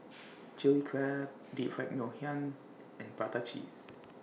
Chilli Crab Deep Fried Ngoh Hiang and Prata Cheese